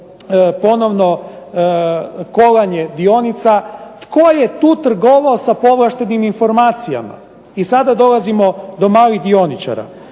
ponovno kolanje dionica, tko je tu trgovao sa povlaštenim informacijama. I sada dolazimo do malih dioničara.